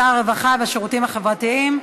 שר הרווחה והשירותים החברתיים.